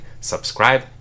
subscribe